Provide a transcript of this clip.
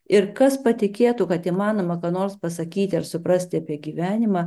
ir kas patikėtų kad įmanoma ką nors pasakyti ar suprasti apie gyvenimą